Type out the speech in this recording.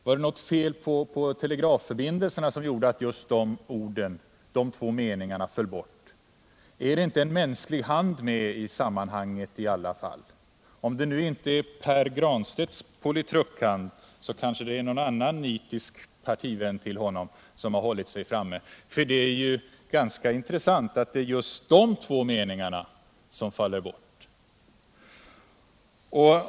Var det något fel på telegrafförbindelserna som gjorde att just de två meningarna föll bort? Ärinte snarare en mänsklig hand med i sammanhanget? Om det nu inte är Pär Granstedts politrukhand kanske det är någon nitisk partivän till honom som har hållit sig framme -— för det är onekligen ganska intressant att det är just dessa två meningar som har fallit bort!